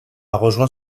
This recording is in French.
rejoint